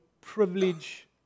privilege